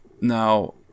Now